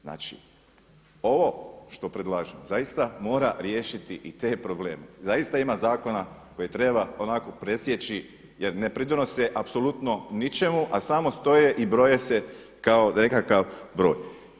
Znači, ovo što predlažem zaista mora riješiti i te probleme, zaista ima zakona koje treba onako presjeći jer ne pridonose apsolutno ničemu, a samo stoje i broje se kao nekakav broj.